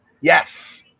yes